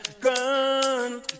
gun